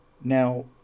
now